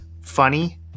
Funny